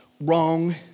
wrong